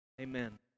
Amen